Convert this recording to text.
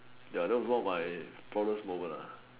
ya that was one of my proudest moment nah